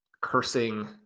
cursing